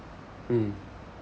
mm